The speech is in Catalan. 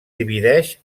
divideix